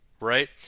right